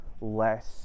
less